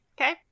okay